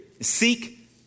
seek